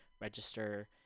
register